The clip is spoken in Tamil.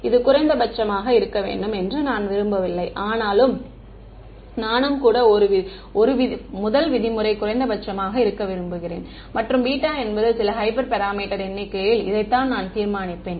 இது குறைந்தபட்சமாக இருக்க வேண்டும் என்று நான் விரும்பவில்லை ஆனால் நானும் கூட 1 விதிமுறை குறைந்தபட்சமாக இருக்க விரும்புகிறேன் மற்றும் பீட்டா என்பது சில ஹைப்பர் பாராமீட்டர் எண்ணிக்கையில் இதைத்தான் நான் தீர்மானிப்பேன்